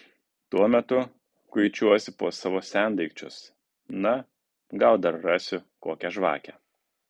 tuo metu kuičiuosi po savo sendaikčius na gal dar rasiu kokią žvakę